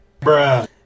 bruh